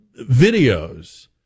videos